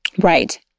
Right